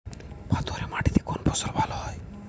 পাথরে মাটিতে কোন ফসল ভালো হয়?